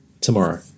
tomorrow